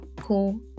Cool